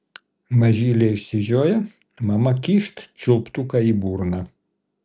mažylė išsižioja mama kyšt čiulptuką į burną